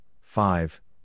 five